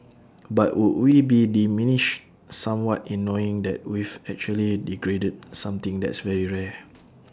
but would we be diminished somewhat in knowing that we've actually degraded something that's very rare